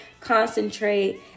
concentrate